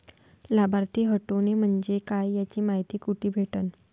लाभार्थी हटोने म्हंजे काय याची मायती कुठी भेटन?